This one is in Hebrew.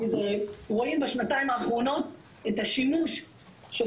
רואים בשנתיים האחרונות את השימוש של